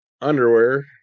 underwear